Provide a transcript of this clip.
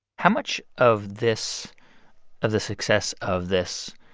how much of this of the success of this